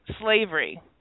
slavery